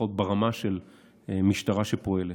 לפחות ברמה של משטרה שפועלת.